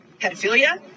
Pedophilia